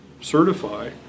certify